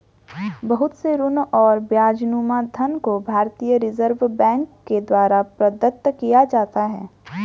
बहुत से ऋण और ब्याजनुमा धन को भारतीय रिजर्ब बैंक के द्वारा प्रदत्त किया जाता है